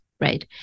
Right